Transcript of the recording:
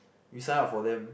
you signed up for them